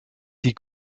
die